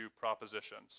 propositions